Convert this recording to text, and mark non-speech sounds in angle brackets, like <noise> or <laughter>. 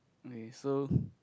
okay so <breath>